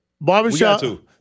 Barbershop